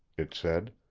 it said.